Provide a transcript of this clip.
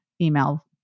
email